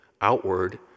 outward